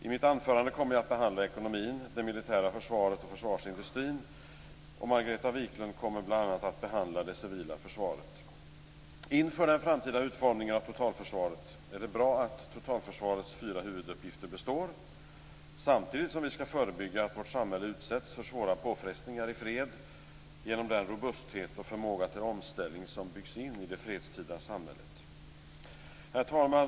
I mitt anförande kommer jag att behandla ekonomin, det militära försvaret och försvarsindustrin. Margareta Viklund kommer bl.a. att behandla det civila försvaret. Inför den framtida utformningen av totalförsvaret är det bra att totalförsvarets fyra huvuduppgifter består samtidigt som vi skall förebygga att vårt samhälle utsätts för svåra påfrestningar i fred genom den robusthet och förmåga till omställning som byggs in i det fredstida samhället. Herr talman!